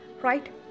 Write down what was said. Right